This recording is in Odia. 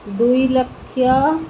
ଦୁଇ ଲକ୍ଷ